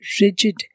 rigid